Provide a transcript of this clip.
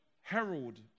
herald